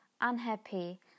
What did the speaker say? unhappy